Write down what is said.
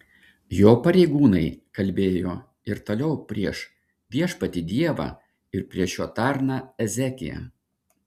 jo pareigūnai kalbėjo ir toliau prieš viešpatį dievą ir prieš jo tarną ezekiją